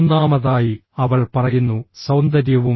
മൂന്നാമതായി അവൾ പറയുന്നു സൌന്ദര്യവും